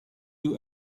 you